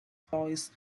toys